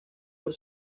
por